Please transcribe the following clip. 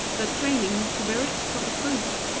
that training, to bear its proper fruit,